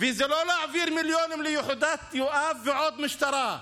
וזה לא להעביר מיליונים ליחידת יואב ועוד משטרה,